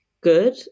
good